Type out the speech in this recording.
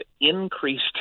increased